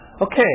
Okay